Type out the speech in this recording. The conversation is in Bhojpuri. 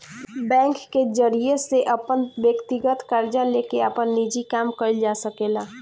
बैंक के जरिया से अपन व्यकतीगत कर्जा लेके आपन निजी काम कइल जा सकेला